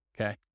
Okay